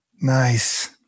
Nice